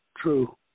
True